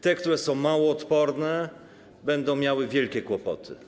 Te, które są mało odporne, będą miały wielkie kłopoty.